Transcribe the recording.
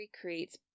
creates